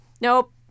nope